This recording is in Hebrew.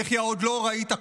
ויחיא, עוד לא ראית כלום.